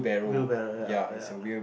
wheelbarrow ya ya